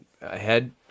ahead